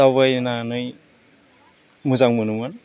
दावबायनानै मोजां मोनोमोन